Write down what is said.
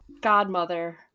godmother